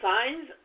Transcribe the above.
Signs